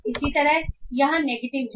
इसी तरह यहां नेगेटिव है